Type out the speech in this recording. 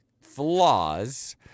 flaws